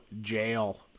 Jail